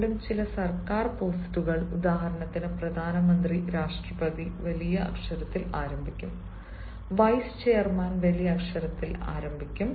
വീണ്ടും ചില സർക്കാർ പോസ്റ്റുകൾ ഉദാഹരണത്തിന് പ്രധാനമന്ത്രി രാഷ്ട്രപതി വലിയ അക്ഷരത്തിൽ ആരംഭിക്കും വൈസ് ചെയർമാൻ വലിയ അക്ഷരത്തിൽ ആരംഭിക്കും